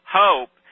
hope